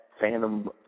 phantom